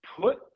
put